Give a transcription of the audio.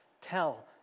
tell